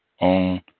on